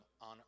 on